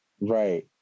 Right